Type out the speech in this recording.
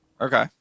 Okay